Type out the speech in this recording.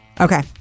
okay